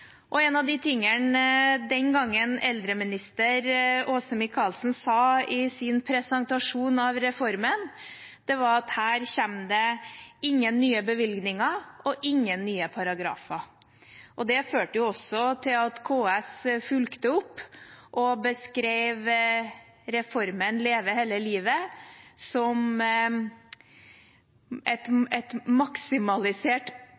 av det den gang eldreminister Åse Michaelsen sa i sin presentasjon av reformen, var at det ikke kom noen nye bevilgninger eller paragrafer. Det førte også til at KS fulgte opp og beskrev reformen Leve hele livet som